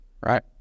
right